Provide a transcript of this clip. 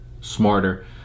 smarter